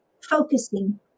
focusing